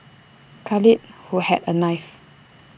Khalid who had A knife